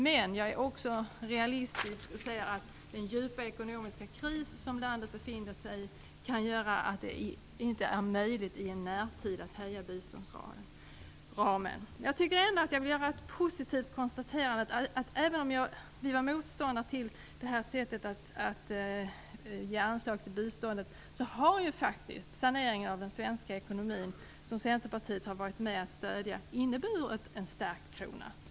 Men jag är också realistisk och inser att den djupa ekonomiska kris som landet befinner sig i kan göra att det inte är möjligt i en nära framtid att höja biståndsramen. Jag vill ändå göra ett positivt konstaterande. Även om vi var motståndare till det här sättet att anslå bistånd så har faktiskt saneringen av den svenska ekonomin, som Centerpartiet har varit med att stödja, inneburit en stärkt krona.